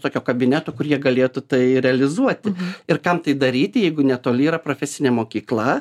tokio kabineto kur jie galėtų tai realizuoti ir kam tai daryti jeigu netoli yra profesinė mokykla